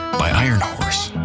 by iron horse.